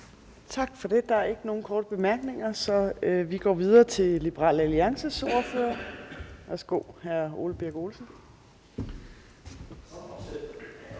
Tak for det. Der er ikke nogen korte bemærkninger, så vi går videre til Liberal Alliances ordfører. Værsgo, hr. Ole Birk Olesen.